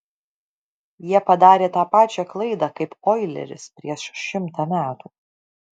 jie padarė tą pačią klaidą kaip oileris prieš šimtą metų